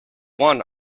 one